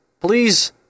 please